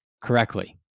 correctly